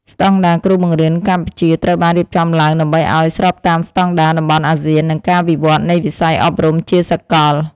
ស្តង់ដារគ្រូបង្រៀនកម្ពុជាត្រូវបានរៀបចំឡើងដើម្បីឱ្យស្របតាមស្តង់ដារតំបន់អាស៊ាននិងការវិវត្តនៃវិស័យអប់រំជាសកល។